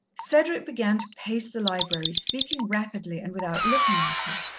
cedric began to pace the library, speaking rapidly and without looking at her.